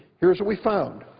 here's what we found